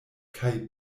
kaj